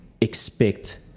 expect